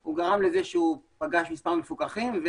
הוא פגש מספר מפוקחים,